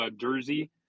jersey